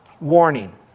Warning